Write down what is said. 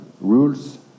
rules